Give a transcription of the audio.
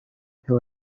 who